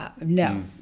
No